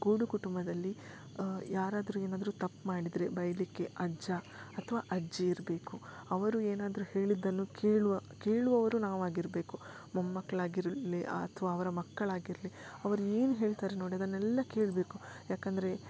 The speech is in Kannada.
ಕೂಡು ಕುಟುಂಬದಲ್ಲಿ ಯಾರಾದರು ಏನಾದರು ತಪ್ಪು ಮಾಡಿದರೆ ಬಯ್ಯಲಿಕ್ಕೆ ಅಜ್ಜ ಅಥವಾ ಅಜ್ಜಿ ಇರಬೇಕು ಅವರು ಏನಾದರು ಹೇಳಿದ್ದನ್ನು ಕೇಳುವ ಕೇಳುವವರು ನಾವಾಗಿರಬೇಕು ಮೊಮ್ಮಕ್ಕಳಾಗಿರ್ಲಿ ಅಥವಾ ಅವರ ಮಕ್ಕಳಾಗಿರಲಿ ಅವ್ರೇನು ಹೇಳ್ತಾರೆ ನೋಡಿ ಅದನ್ನೆಲ್ಲ ಕೇಳಬೇಕು ಯಾಕೆಂದ್ರೆ